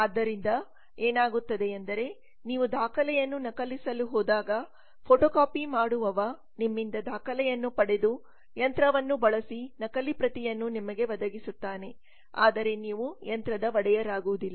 ಆದ್ದರಿಂದ ಏನಾಗುತ್ತದೆಯೆಂದರೆ ನೀವು ದಾಖಲೆಯನ್ನು ನಕಲಿಸಲು ಹೋದಾಗ ಫೋಟೋಕಾಪಿ ಮಾಡುವವ ನಿಮ್ಮಿಂದ ದಾಖಲೆಯನ್ನು ಪಡೆದು ಯಂತ್ರವನ್ನು ಬಳಿಸಿ ನಕಲಿ ಪ್ರತಿಯನ್ನು ನಿಮಗೆ ಒದಗಿಸುತ್ತಾನೆ ಆದರೆ ನೀವು ಯಂತ್ರದ ಒಡೆಯರಾಗುವುದಿಲ್ಲ